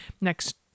next